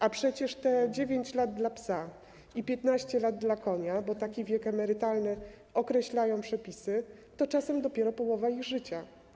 A przecież te 9 lat dla psa i 15 lat dla konia, bo taki wiek emerytalny określają przepisy, to czasem dopiero połowa ich życia.